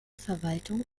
verwaltung